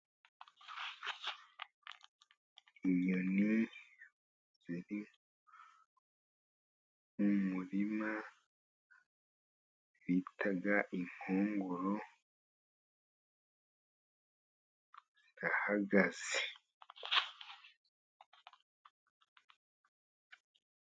Inyoni ziri nko mu murima bita inkongoro zirahagaze.